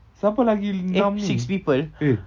siapa lagi enam ni eh